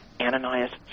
Ananias